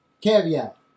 Caveat